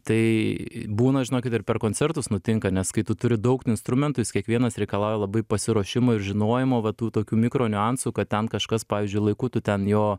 tai būna žinokit ir per koncertus nutinka nes kai tu turi daug instrumentų jis kiekvienas reikalauja labai pasiruošimo ir žinojimo va tų tokių mikroniuansų kad ten kažkas pavyzdžiui laiku tu ten jo